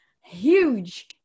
huge